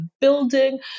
building